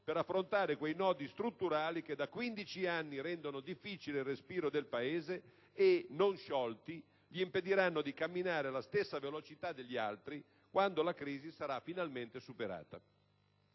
per affrontare quei nodi strutturali che da 15 anni rendono difficile il respiro del Paese e, non sciolti, gli impediranno di camminare alla stessa velocità degli altri quando la crisi sarà finalmente superata.